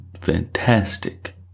fantastic